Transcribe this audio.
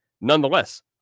Nonetheless